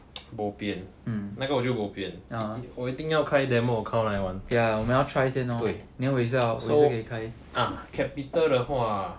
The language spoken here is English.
bo pian 那个我就 bo pian 我一定要开 demo account 来玩对 ah so ah capital 的话